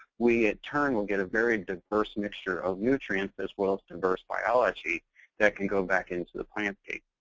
we in turn will get a very diverse mixture of nutrients as well as diverse biology that can go back into the plantscape.